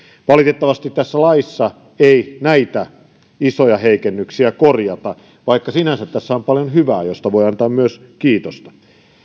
valitettavasti tässä laissa ei näitä isoja heikennyksiä korjata vaikka sinänsä tässä on paljon sellaista hyvää josta voi antaa myös kiitosta